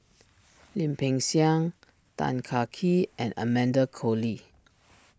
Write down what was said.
Lim Peng Siang Tan Kah Kee and Amanda Koe Lee